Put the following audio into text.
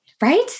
Right